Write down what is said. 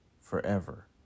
forever